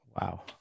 wow